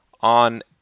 on